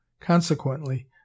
Consequently